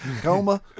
coma